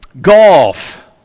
golf